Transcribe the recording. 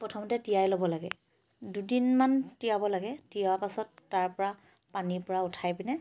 প্ৰথমতে তিয়াই ল'ব লাগে দুদিনমান তিয়াব লাগে তিউৱাৰ পাছত তাৰপৰা পানীৰ পৰা উঠাই পিনে